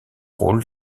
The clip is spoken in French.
rôles